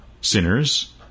Sinners